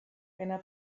einer